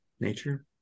nature